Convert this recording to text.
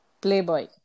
Playboy